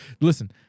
Listen